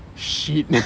shit